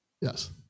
Yes